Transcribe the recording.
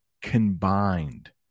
combined